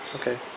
Okay